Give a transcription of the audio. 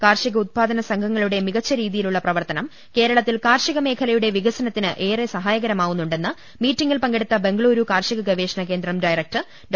കാർഷിക ഉത്പാദക സംഘങ്ങളുടെ മികച്ച രീതിയിലുള്ള പ്രവർത്തനം കേരളത്തിൽ കാർഷിക മേഖലയുടെ വികസനത്തിന് ഏറെ സഹായകര മാവുന്നുണ്ടെന്ന് മീറ്റിൽ പങ്കെടുത്ത ബംഗളുരു കാർഷിക ഗവേഷണ കേന്ദ്രം ഡയരക്ടർ ഡോ